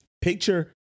Picture